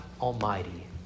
Almighty